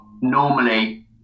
normally